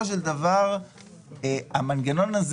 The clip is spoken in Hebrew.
במנגנון הקיים